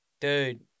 Dude